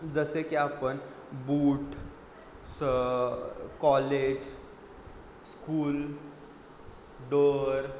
जसे की आपण बूट स कॉलेज स्कूल डोअर